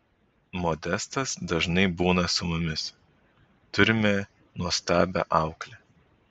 modestas dažnai būna su mumis turime nuostabią auklę